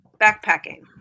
backpacking